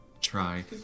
try